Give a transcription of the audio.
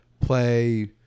play –